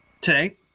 today